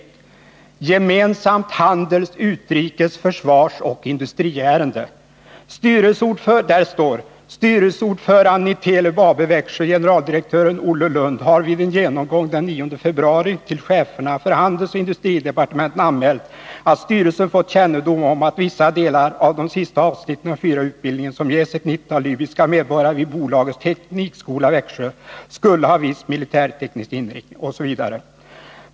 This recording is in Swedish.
Det var ett gemensamt handels-, utrikes-, försvarsoch industriärende. Där står: ”Styrelseordföranden i Telub AB, Växjö, generaldirektören Olle Lund har vid en genomgång den 9 februari 1981 till cheferna för handelsoch industridepartementen anmält att styrelsen fått kännedom om att vissa delar i de sista avsnitten av den fyraåriga utbildningen som ges ett nittiotal libyska medborgare vid bolagets teknikskola i Växjö skulle ha viss militärteknisk inriktning ——-.